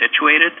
situated